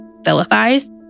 vilifies